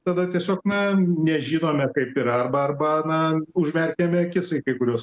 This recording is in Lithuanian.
tada tiesiog na nežinome kaip yra arba arba na užmerkiame akis į kai kuriuos